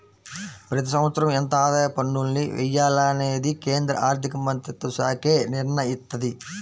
ప్రతి సంవత్సరం ఎంత ఆదాయ పన్నుల్ని వెయ్యాలనేది కేంద్ర ఆర్ధికమంత్రిత్వశాఖే నిర్ణయిత్తది